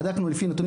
מבדיקה שלי,